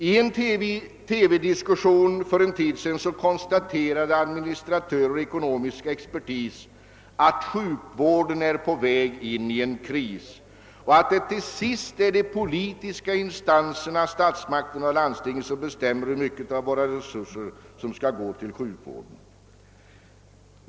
I en TV-diskussion för en tid sedan konstaterade administratörer och ekonomisk expertis att sjukvården är på väg in i en kris och att det till sist är de politiska instanserna, statsmakterna och landstingen, som bestämmer hur mycket av våra resurser som skall gå till sjukvården.